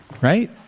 right